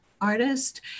artist